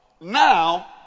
Now